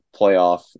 playoff